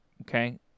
okay